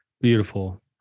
beautiful